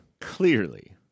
clearly